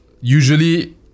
usually